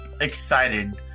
excited